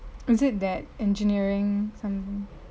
is it that engineering some